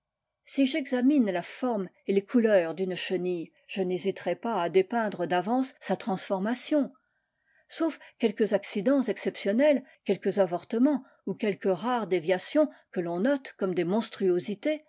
si j'examine la forme et les couleurs d'une chenille je n'hésiterai pas à dépeindre d'avance sa transformation sauf quelques accidents exceptionnels quelques avortements ou quelques rares déviations que l'on note comme des monstruosités